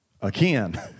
Again